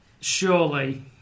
surely